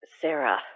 Sarah